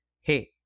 Hey